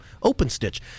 OpenStitch